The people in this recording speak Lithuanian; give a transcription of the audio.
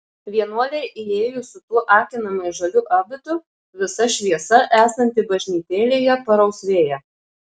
vienuolei įėjus su tuo akinamai žaliu abitu visa šviesa esanti bažnytėlėje parausvėja